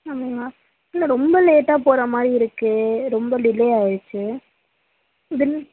அப்படிங்களா இல்லை ரொம்ப லேட்டாக போகிற மாதிரி இருக்குது ரொம்ப டிளே ஆகிடுச்சி வின்